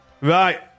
Right